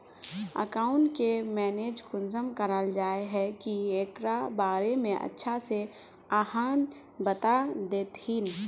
Account के manage कुंसम कराल जाय है की एकरा बारे में अच्छा से आहाँ बता देतहिन?